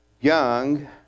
young